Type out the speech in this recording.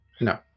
no